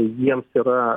jiems yra